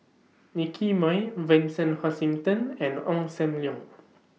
Nicky Moey Vincent Hoisington and Ong SAM Leong